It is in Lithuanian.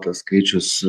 tas skaičius